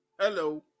hello